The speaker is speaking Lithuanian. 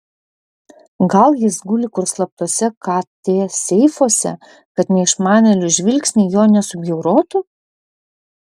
gal jis guli kur slaptuose kt seifuose kad neišmanėlių žvilgsniai jo nesubjaurotų